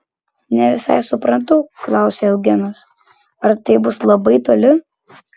ne visai suprantu klausė eugenas ar tai bus labai toli